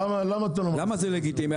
למה זה לגיטימי?